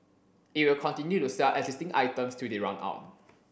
it will continue to sell existing items till they run out